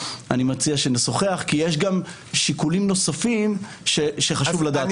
אני מציע שנשוחח כי יש גם שיקולים נוספים שחשוב לדעת אותם.